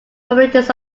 communities